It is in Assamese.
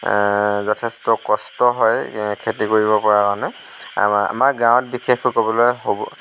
যথেষ্ট কষ্ট হয় খেতি কৰিব পৰা কাৰণে আমা আমাৰ গাঁৱত বিশেষকৈ ক'বলৈ গ'লে